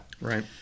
Right